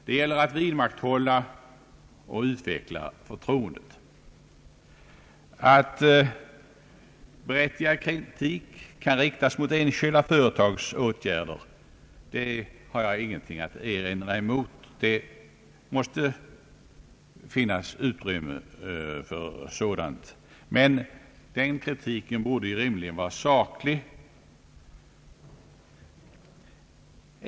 Det gäller att vidmakthålla och utveckla förtroendet. Att berättigad kritik emellanåt kan riktas mot enskilda företags åtgärder skall jag inte förneka. Det måste finnas utrymme för sådan kritik, men den kritiken borde rimligen vara saklig.